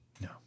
No